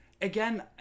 Again